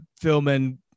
filming